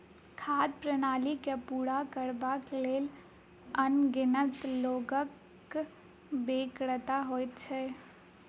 खाद्य प्रणाली के पूरा करबाक लेल अनगिनत लोकक बेगरता होइत छै